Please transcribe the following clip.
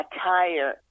attire